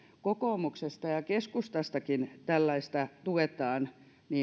kokoomuksesta ja ja keskustastakin tällaista tuetaan